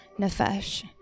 nefesh